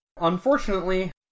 Unfortunately